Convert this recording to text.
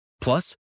Plus